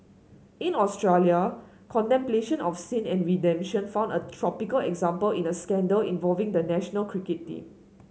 in Australia contemplation of sin and redemption found a topical example in a scandal involving the national cricket team